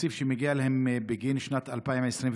התקציב שמגיע להם בגין שנת 2021,